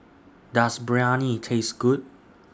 Does Biryani Taste Good